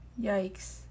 Yikes